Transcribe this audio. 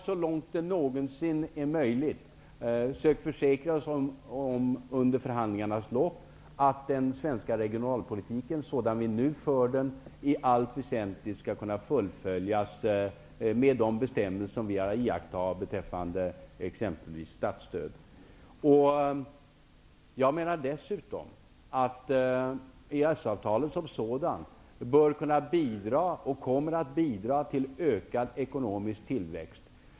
Så långt det någonsin är möjligt har vi under förhandlingarnas lopp sökt försäkra oss om att den svenska regionalpolitiken sådan den nu förs i allt väsentligt skall kunna fullföljas med de bestämmelser som vi har iakttagit beträffande t.ex. Dessutom bör EES-avtalet som sådant kunna bidra till ökad ekonomisk tillväxt.